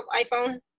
iPhone